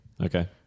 Okay